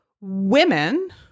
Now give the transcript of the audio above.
women